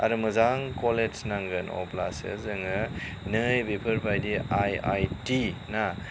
आरो मोजां कलेज नांगोन अब्लासो जोङो नै बेफोरबादि आइ आइ टि ना